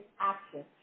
action